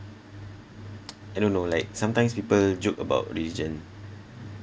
I don't know like sometimes people joke about religion